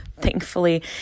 Thankfully